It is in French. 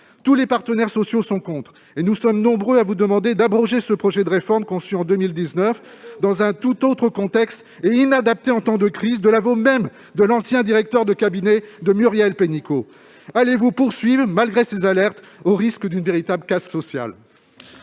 Tous les partenaires sociaux sont contre. C'est cela, la gauche ! Nous sommes nombreux à vous demander d'abroger ce projet de réforme conçu en 2019, dans un tout autre contexte, et inadapté en temps de crise de l'aveu même de l'ancien directeur de cabinet de Muriel Pénicaud. Allez-vous poursuivre malgré ces alertes, au risque d'une véritable casse sociale ?